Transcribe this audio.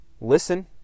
listen